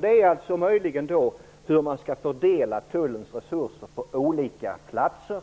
Det är möjligen hur man skall fördela tullens resurser på olika platser.